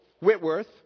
Whitworth